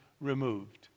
removed